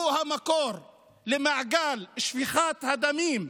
הוא המקור למעגל שפיכות הדמים,